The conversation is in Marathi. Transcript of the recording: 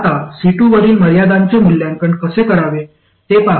आता C2 वरील मर्यादांचे मूल्यांकन कसे करावे ते पाहू